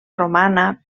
romana